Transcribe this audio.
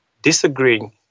Disagreeing